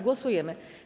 Głosujemy.